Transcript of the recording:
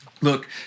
Look